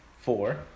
Four